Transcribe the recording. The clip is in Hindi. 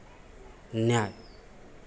न्याय